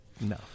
no